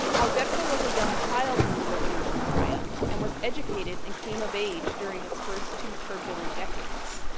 alberto was a young child when the revolution triumphed, and was educated and came of age during its first two turbulent decades.